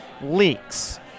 leaks